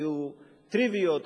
היו טריוויות,